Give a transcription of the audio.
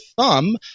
thumb